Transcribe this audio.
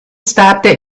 stopped